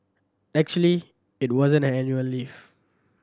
actually it wasn't her annual leave